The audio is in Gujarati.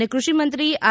ે કૃષિમંત્રી આર